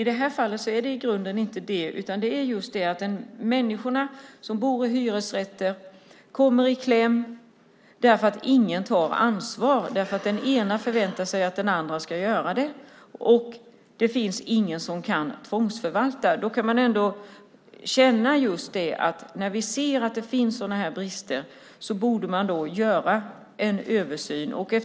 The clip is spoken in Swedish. Det är dock inte det avgörande här, utan det är att människor som bor i hyresrätter kommer i kläm för att ingen tar ansvar eftersom den ena förväntar sig att den andra ska göra det och ingen finns som kan tvångsförvalta. När vi ser att det finns sådana här brister borde man göra en översyn.